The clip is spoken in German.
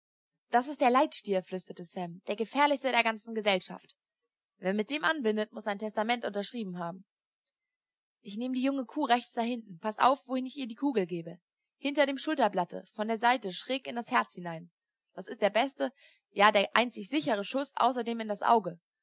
das ist der leitstier flüsterte sam der gefährlichste der ganzen gesellschaft wer mit dem anbindet muß sein testament unterschrieben haben ich nehme die junge kuh rechts dahinten paßt auf wohin ich ihr die kugel gebe hinter dem schulterblatte von der seite schräg in das herz hinein das ist der beste ja der einzig sichre schuß außer dem in das auge